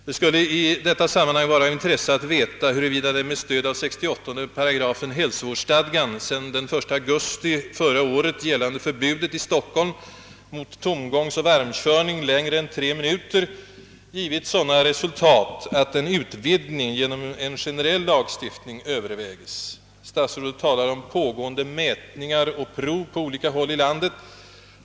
Det skulle i detta sammanhang vara av intresse att veta, huruvida det med stöd av 68 § hälsovårdsstadgan sedan den 1 augusti förra året gällande förbudet i Stockholm mot tomgångsoch varmkörning längre än tre minuter givit sådana resultat, att en utvidgning av förbudet genom en generell lagstiftning övervägs. Statsrådet talar om pågående mätningar och prov på olika håll i landet.